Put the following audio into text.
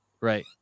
Right